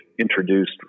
introduced